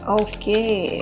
okay